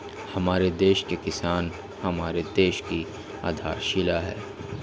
हमारे देश के किसान हमारे देश की आधारशिला है